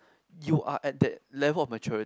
you are at that level of maturity